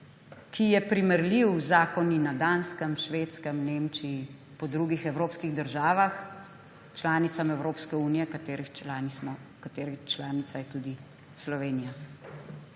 ki je primerljiv z zakoni na Danskem, Švedskem, v Nemčiji, po drugih evropskih državah, članicah EU, katere članica je tudi Slovenija.